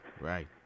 right